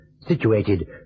situated